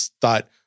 thought